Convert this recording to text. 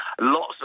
Lots